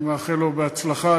אני מאחל לו הצלחה.